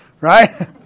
Right